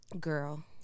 Girl